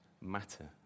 matter